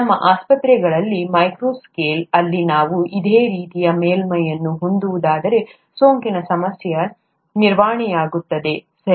ನಮ್ಮ ಆಸ್ಪತ್ರೆಗಳಲ್ಲಿ micro scale ಅಲ್ಲಿ ನಾವು ಇದೇ ರೀತಿಯ ಮೇಲ್ಮೈಯನ್ನು ಹೊಂದಬಹುದಾದರೆ ಸೋಂಕಿನ ಸಮಸ್ಯೆಯು ನಿವಾರಣೆಯಾಗುತ್ತದೆ ಸರಿ